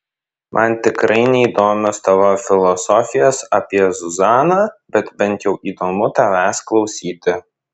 man tikrai neįdomios tavo filosofijos apie zuzaną bet bent jau įdomu tavęs klausyti